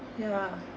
yeah